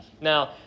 now